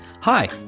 Hi